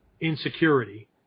insecurity